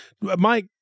Mike